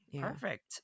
Perfect